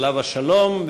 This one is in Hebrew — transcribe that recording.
עליו השלום.